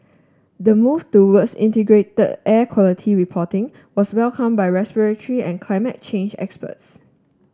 the move towards integrated air quality reporting was welcomed by respiratory and climate change experts